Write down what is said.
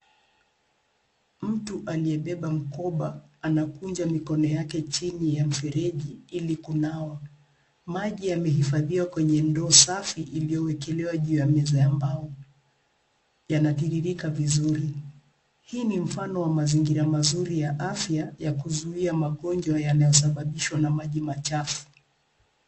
Mtu aliyebeba mkoba anakunja mikono yake chini ya mfereji ili kunawa. Maji yamehifadhiwa kwenye ndoo safi iliyowekelewa juu ya meza ya mbao, yanatirika vizuri. Hii ni mfano wa mazingira mazuri ya afya ya kuzuia magonjwa yanayosababishwa na maji machafu.